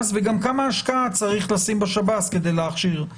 וגם כמה השקעה צריך לשים בשב"ס כדי להכשיר.